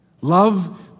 Love